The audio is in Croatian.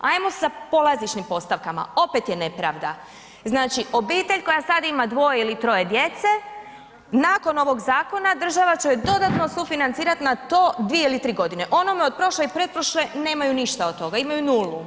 Ajmo sa polazišnim postavkama, opet je nepravda, znači obitelj koja sad ima dvoje ili troje djece nakon ovog zakona država će dodatno sufinancirat na to dvije ili tri godine, onome od prošle i pretprošle nemaju ništa od toga, imaju nulu.